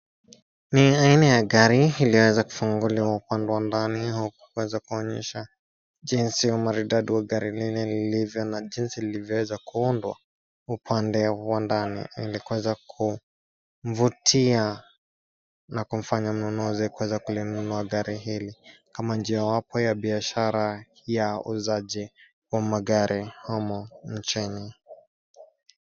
Ni aiana ya gari iliyoweza kufunguliwa upande wa ndani huku kuweza kuonyesha jinsi umaridadi wa gari lile lilivyo na jinsi lilivyoweza kuundwa upande wa ndani ili kuweza kumvutia na kumfanya mnunuzi kuweza kulinunua gari hili kama njia wapo ya biashara ya uuzaji wa magari humu nchini.